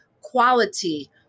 quality